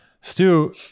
Stu